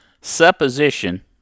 supposition